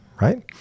right